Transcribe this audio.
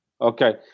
Okay